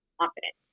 confident